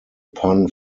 pun